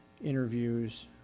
interviews